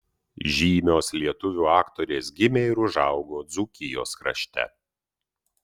žymios lietuvių aktorės gimė ir užaugo dzūkijos krašte